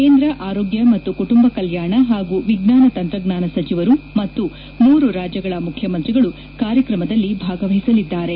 ಕೇಂದ್ರ ಆರೋಗ್ಯ ಮತ್ತು ಕುಟುಂಬ ಕಲ್ಕಾಣ ಹಾಗೂ ವಿಜ್ವಾನ ತಂತ್ರಜ್ವಾನ ಸಚಿವರು ಮತ್ತು ಮೂರು ರಾಜ್ಯಗಳ ಮುಖ್ಯಮಂತ್ರಿಗಳು ಕಾರ್ಯಕ್ರಮದಲ್ಲಿ ಭಾಗವಹಿಸಲಿದ್ದಾರೆ